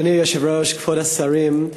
אדוני היושב-ראש, כבוד השרים,